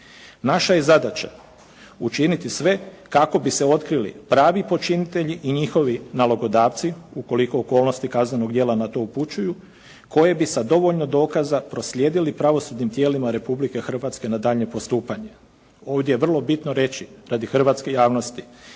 Naša je zadaća učiniti sve kako bi se otkrili pravi počinitelji i njihovi nalogodavci ukoliko okolnosti kaznenog djela na to upućuju koje bi sa dovoljno dokaza proslijedili pravosudnim tijelima Republike Hrvatske na daljnje postupanje. Ovdje je vrlo bitno reći, radi hrvatske javnosti,